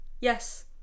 yes